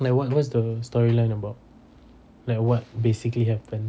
like what what's the storyline about like what basically happen